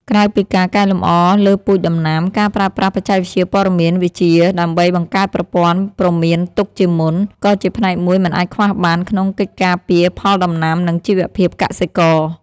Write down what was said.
ក្រៅពីការកែលម្អលើពូជដំណាំ ការប្រើប្រាស់បច្ចេកវិទ្យាព័ត៌មានវិទ្យាដើម្បីបង្កើតប្រព័ន្ធព្រមានទុកជាមុន ក៏ជាផ្នែកមួយមិនអាចខ្វះបានក្នុងកិច្ចការពារផលដំណាំ និងជីវភាពកសិករ។